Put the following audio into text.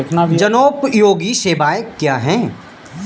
जनोपयोगी सेवाएँ क्या हैं?